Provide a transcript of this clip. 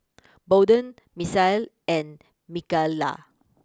Bolden Misael and Micayla